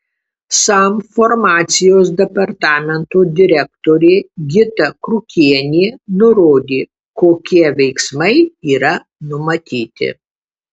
sam farmacijos departamento direktorė gita krukienė nurodė kokie veiksmai yra numatyti